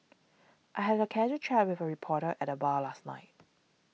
I had a casual chat with a reporter at the bar last night